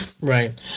Right